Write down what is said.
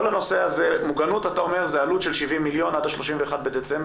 אתה אומר שמוגנות זה עלות של 70 מיליון ₪ עד ה-31 בדצמבר